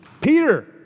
Peter